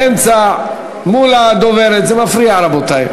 באמצע מול הדוברת, זה מפריע, רבותי.